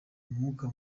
mwuka